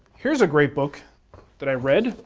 here's a great book that i read.